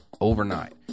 overnight